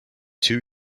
two